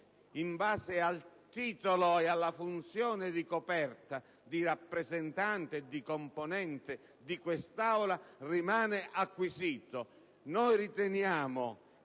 in base al titolo e alla funzione ricoperta di rappresentante e di componente di quest'Aula, rimane acquisito.